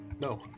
No